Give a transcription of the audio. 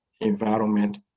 environment